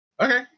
Okay